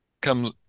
Comes